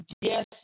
Yes